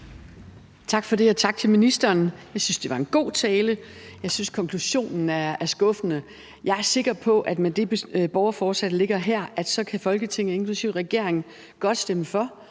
Tak for det, og tak til ministeren. Jeg synes, det var en god tale. Jeg synes, konklusionen er skuffende. Jeg er sikker på, at med det borgerforslag, der ligger her, kan Folketinget, inklusive regeringen, godt stemme for